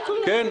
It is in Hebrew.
כן,